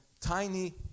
tiny